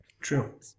True